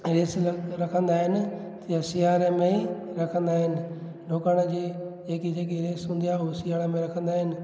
race रखंदा आहिनि तीअं सियारे में ई रखंदा आहिनि डुकण जी जेकी जेकी रेस हूंदी आहे उहा सियारे में रखंदा आहिनि